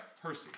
Percy